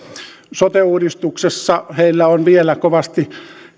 sote uudistuksessa heillä on vielä kovasti